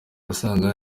asanga